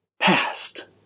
past